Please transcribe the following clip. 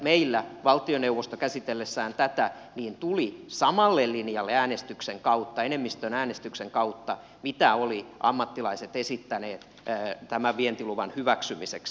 meillä valtioneuvosto käsitellessään tätä tuli samalle linjalle enemmistöäänestyksen kautta jota olivat ammattilaiset esittäneet tämän vientiluvan hyväksymiseksi